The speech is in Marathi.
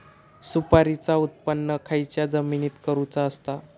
सुपारीचा उत्त्पन खयच्या जमिनीत करूचा असता?